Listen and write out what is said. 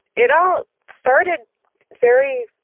it all started very,